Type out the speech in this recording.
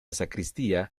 sacristía